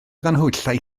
ganhwyllau